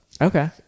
Okay